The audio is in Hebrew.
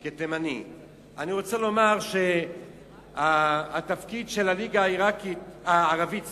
אני רוצה לומר, התפקיד של הליגה הערבית,